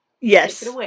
Yes